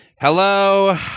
Hello